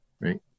right